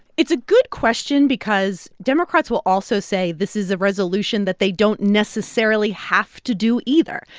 it's a good question because democrats will also say this is a resolution that they don't necessarily have to do either.